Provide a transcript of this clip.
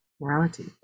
morality